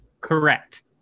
Correct